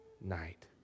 night